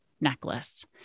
necklace